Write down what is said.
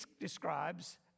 describes